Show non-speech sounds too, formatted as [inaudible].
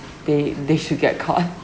they they should get caught [laughs]